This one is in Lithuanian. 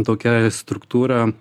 tokia struktūra